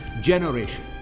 generation